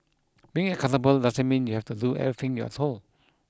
being accountable doesn't mean you have to do everything you're told